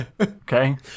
Okay